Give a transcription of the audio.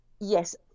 yes